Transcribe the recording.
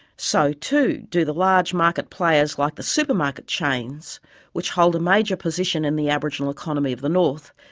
so too do the large market players like the supermarket chains which hold a major position in the aboriginal economy of the north,